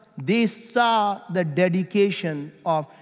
they saw the dedication of,